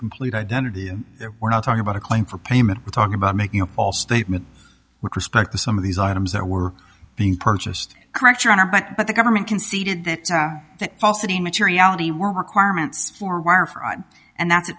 complete identity and we're not talking about a claim for payment we're talking about making a false statement with respect to some of these items that were being purchased correct your honor but but the government conceded that the paucity materiality were requirements for wire fraud and